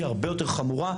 היא הרבה יותר חמורה.